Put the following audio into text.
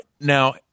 now